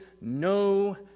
no